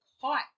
caught